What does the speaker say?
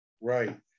Right